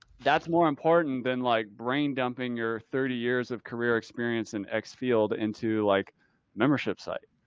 that's more important than like brain dumping your thirty years of career experience in x field into like membership site.